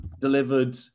delivered